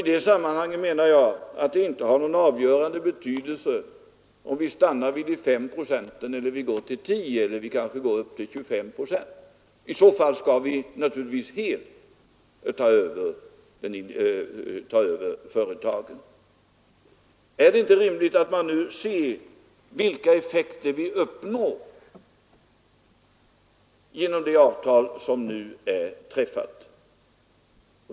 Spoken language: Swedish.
I det sammanhanget menar jag att det inte har någon avgörande betydelse om vi stannar vid 5 procent, eller om vi går till 10 eller upp till 25 procent. I så fall skall vi naturligtvis helt ta över företagen. Är det inte rimligt att man nu ser vilka effekter vi uppnår genom det avtal som nu är träffat?